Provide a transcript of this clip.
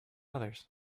others